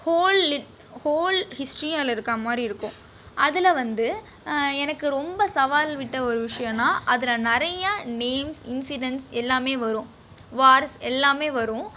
whole lit whole ஹிஸ்ட்ரியும் அதில் இருக்காமாதிரி இருக்கும் அதில் வந்து எனக்கு ரொம்ப சவால் விட்ட ஒரு விஷயம்னா அதில் நிறைய நேம்ஸ் இன்சிடெண்ட்ஸ் எல்லாமே வரும் வார்ஸ் எல்லாமே வரும்